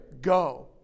go